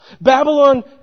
Babylon